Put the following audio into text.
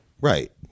Right